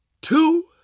two